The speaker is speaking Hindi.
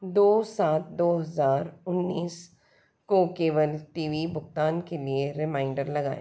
दो सात दो हज़ार उन्नीस को केबल टीवी भुगतान के लिए रिमाइंडर लगाएँ